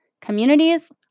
communities